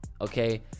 Okay